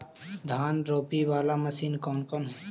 धान रोपी बाला मशिन कौन कौन है?